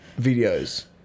videos